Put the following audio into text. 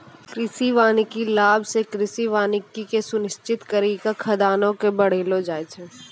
कृषि वानिकी लाभ से कृषि वानिकी के सुनिश्रित करी के खाद्यान्न के बड़ैलो जाय छै